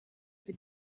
for